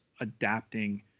adapting